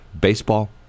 Baseball